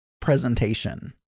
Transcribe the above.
presentation